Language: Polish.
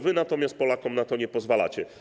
Wy natomiast Polakom na to nie pozwalacie.